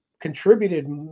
contributed